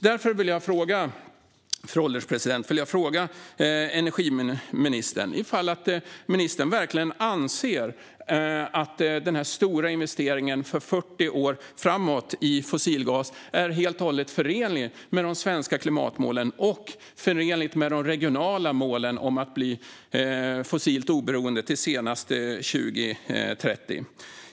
Därför, fru ålderspresident, vill jag fråga energiministern om han verkligen anser att denna stora investering i fossilgas för 40 år framåt är helt och hållet förenlig med de svenska klimatmålen och med de regionala målen om att bli fossilt oberoende till senast 2030.